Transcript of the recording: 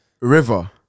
River